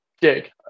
dig